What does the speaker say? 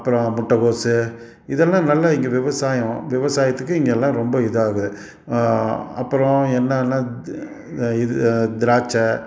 அப்புறோம் முட்டை கோஸ்ஸு இதெல்லாம் நல்ல இங்கே விவசாயம் விவசாயத்துக்கு இங்கெல்லாம் ரொம்ப இதாகுது அப்புறம் என்னென்னா இது திராட்சை